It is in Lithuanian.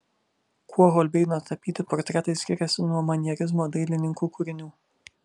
kuo holbeino tapyti portretai skiriasi nuo manierizmo dailininkų kūrinių